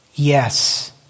Yes